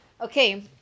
Okay